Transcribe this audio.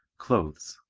clothes